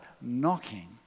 knocking